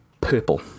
purple